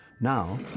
Now